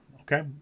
okay